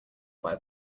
buy